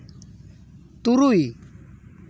ᱛᱩᱨᱩᱭ